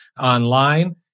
online